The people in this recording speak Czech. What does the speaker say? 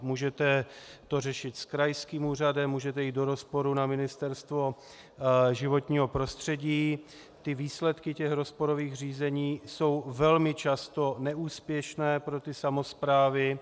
Můžete to řešit s krajským úřadem, můžete jít do rozporu na Ministerstvo životního prostředí, výsledky rozporových řízení jsou velmi často neúspěšné pro samosprávy.